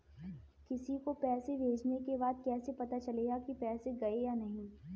किसी को पैसे भेजने के बाद कैसे पता चलेगा कि पैसे गए या नहीं?